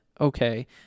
okay